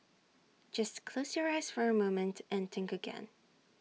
just close your eyes for A moment and think again